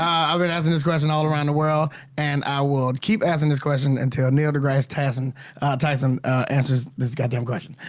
i've been asking this question all around the world and i will keep asking this question until neil degrasse tyson tyson answers this goddamn question.